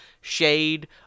shade